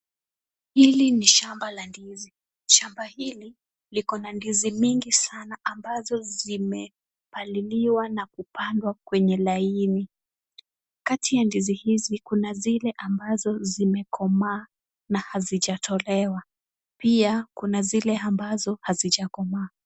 Hili ni shamba la ndizi. Shamba hili liko na ndizi mingi sana ambazo zimepaliliwa na kupandwa kwenye line . Kati ya ndizi hizi, kuna zile ambazo zimekomaa na hazijatolewa. Pia, kuna zile ambazo hazijakomaa.